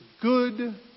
good